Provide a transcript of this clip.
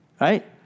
right